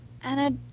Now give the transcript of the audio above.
Anna